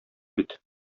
бит